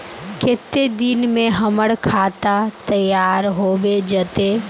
केते दिन में हमर खाता तैयार होबे जते?